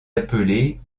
appelée